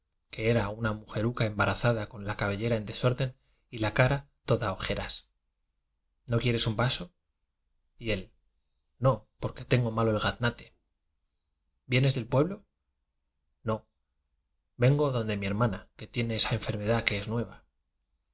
que era una mujeruca embarazada con la cabellera en desorden y la cara toda oje ras no quieres un vaso y él no porque tengo malo el gaznate vienes del pueblo no vengo donde mi hermana que tiene esa enfermedad que que es nueva